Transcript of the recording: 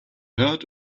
heard